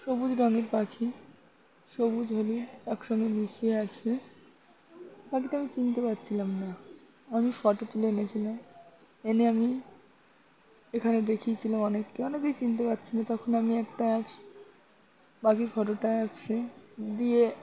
সবুজ রঙের পাখি সবুজ হলুদ একসঙ্গে মিশিয়ে আছে পাখিটা আমি চিনতে পারছিলাম না আমি ফটো তুলে এনেছিলাম এনে আমি এখানে দেখিয়েছিলাম অনেককে অনেকেই চিনতে পারছে না তখন আমি একটা অ্যাপস পাখির ফটোটা অ্যাপসে দিয়ে